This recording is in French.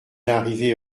arrivés